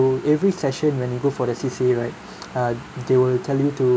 every session when you go for the C_C_A right uh they will tell you to